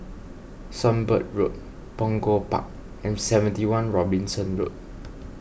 Sunbird Road Punggol Park and seventy one Robinson Road